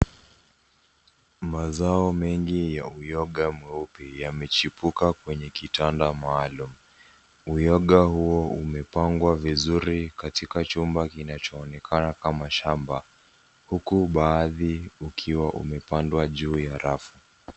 Mazao mengi ya uyoga mweupe yamejipuka kwenye kitanda maalum. Uyoga huo umepangwa vizuri katika chumba kinachooneka kama shamba huku baadhi ukiwa umepandwa juu ya rafu.